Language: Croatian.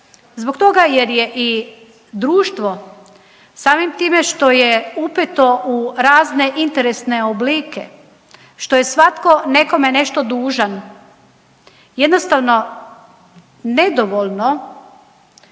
Zbog toga jer je i društvo samim time što je upeto u razne interesne oblike, što je svatko nekome nešto dužan jednostavno nedovoljno